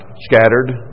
scattered